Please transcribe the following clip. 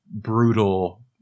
brutal